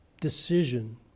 decision